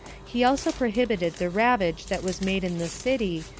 he also prohibited the ravage that was made in the city,